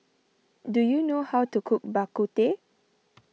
do you know how to cook Bak Kut Teh